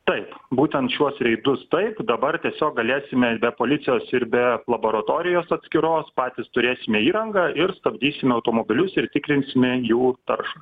taip būtent šiuos reidus taip dabar tiesiog galėsime ir be policijos ir be laboratorijos atskiros patys turėsime įrangą ir stabdysime automobilius ir tikrinsime jų taršą